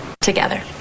together